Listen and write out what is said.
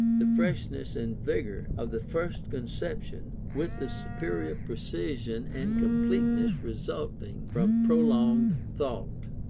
the freshness and vigour of the first conception, with the superior precision and completeness resulting from prolonged thought.